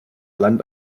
land